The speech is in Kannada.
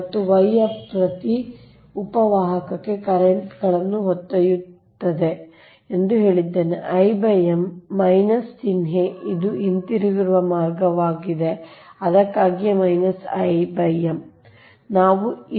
ಮತ್ತು Y ಯ ಪ್ರತಿ ಉಪ ವಾಹಕಕ್ಕೆ ಕರೆಂಟ್ ಗಳನ್ನು ಹೊತ್ತೊಯ್ಯುತ್ತಿದ್ದೇನೆ ಎಂದು ಹೇಳಿದ್ದೇನೆ I m ಚಿಹ್ನೆ ಇದು ಹಿಂತಿರುಗುವ ಮಾರ್ಗವಾಗಿದೆ ಅದಕ್ಕಾಗಿಯೇ I m